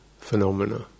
phenomena